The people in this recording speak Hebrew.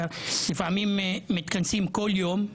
לפעמים מתכנסים כל יום.